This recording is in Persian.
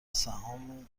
سهام